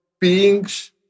beings